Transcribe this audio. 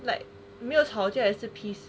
like 没有吵架也是 peace